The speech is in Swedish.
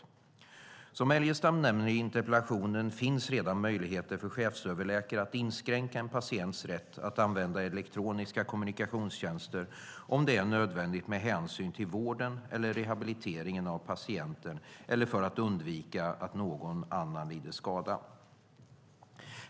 Som Adolfsson Elgestam nämner i interpellationen finns redan möjligheter för chefsöverläkaren att inskränka en patients rätt att använda elektroniska kommunikationstjänster, om det är nödvändigt med hänsyn till vården eller rehabiliteringen av patienten eller för att undvika att någon annan lider skada.